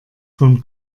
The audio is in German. vom